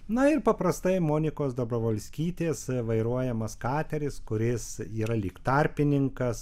na ir paprastai monikos dobrovolskytės vairuojamas kateris kuris yra lyg tarpininkas